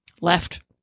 left